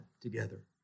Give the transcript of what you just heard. together